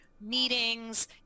meetings